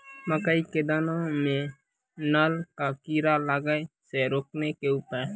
मकई के दाना मां नल का कीड़ा लागे से रोकने के उपाय?